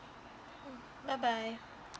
mm bye bye